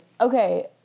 Okay